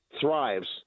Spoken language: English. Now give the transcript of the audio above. thrives